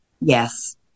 Yes